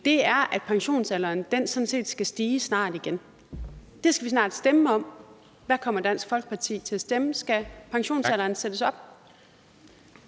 er, at pensionsalderen sådan set snart skal stige igen. Det skal vi snart stemme om. Hvad kommer Dansk Folkeparti til at stemme? Skal pensionsalderen sættes op?